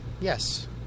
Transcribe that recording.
yes